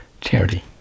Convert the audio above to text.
charity